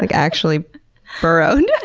like actually burrowed.